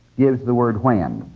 uses the word when.